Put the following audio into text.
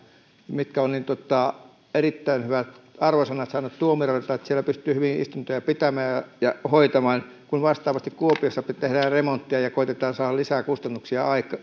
jotka ovat erittäin hyvät arvosanat saaneet tuomareilta siellä pystyy hyvin istuntoja pitämään ja hoitamaan kun vastaavasti kuopiossa tehdään remonttia ja siitä tulee lisää kustannuksia